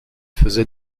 faisait